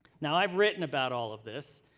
now, i've written about all of this.